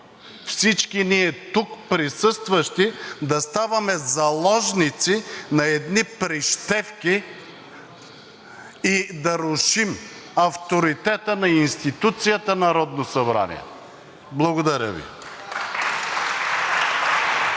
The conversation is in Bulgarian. всички ние тук присъстващи да ставаме заложници на едни прищевки и да рушим авторитета на институцията Народно събрание. Благодаря Ви.